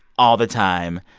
all the time.